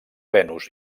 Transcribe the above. venus